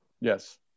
yes